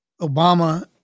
Obama